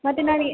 ಮತ್ತೆ ನಾಳೆ